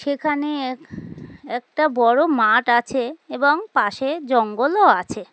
সেখানে এক একটা বড়ো মাঠ আছে এবং পাশে জঙ্গলও আছে